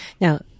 Now